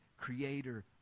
creator